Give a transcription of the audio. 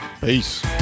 Peace